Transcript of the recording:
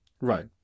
Right